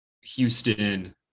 Houston